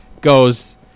goes